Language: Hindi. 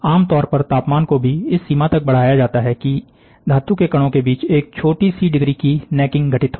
आमतौर पर तापमान को भी इस सीमा तक बढ़ाया जाता है कि धातु के कणों के बीच एक छोटी सी डिग्री की नेकिंग घटित हो